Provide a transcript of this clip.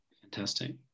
Fantastic